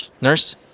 nurse